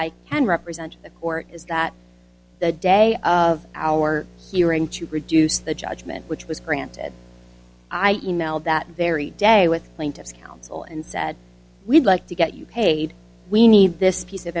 i can represent the court is that the day of our hearing to produce the judgment which was granted i emailed that very day with plaintiff's counsel and said we'd like to get you paid we need this piece of